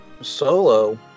Solo